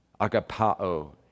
agapao